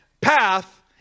path